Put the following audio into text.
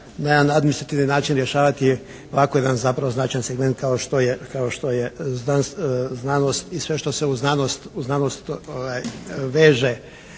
na jedan administrativni način rješavati ovako jedan zapravo značajan segment kao što je znanost i sve što se u znanost veže.